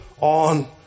on